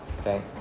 Okay